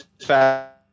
fast